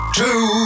two